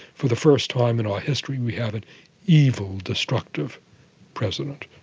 for the first time in our history we have an evil, destructive president.